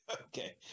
Okay